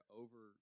over